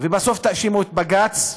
ובסוף תאשימו את בג"ץ.